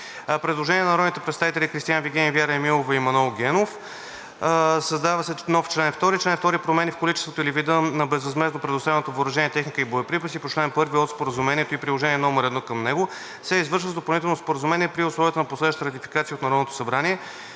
Предложение от народните представители Кристиан Вигенин, Вяра Емилова и Манол Генов. Създава се нов чл. 2: „ Чл. 2. Промени в количеството или вида на безвъзмездно предоставяното въоръжение, техника и боеприпаси по чл. 1 от Споразумението и приложение № 1 към него се извършват с допълнително споразумение, при условията на последваща ратификация от Народното събрание.“